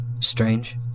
Strange